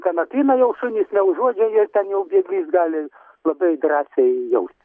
kanapyno jau šunys neužuodžia ir ten jau bėglys gali labai drąsiai jaustis